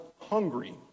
hungry